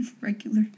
regular